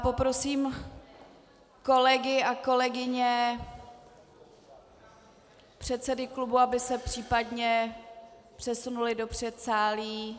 Poprosím kolegy a kolegyně, předsedy klubů, aby se případně přesunuli do předsálí.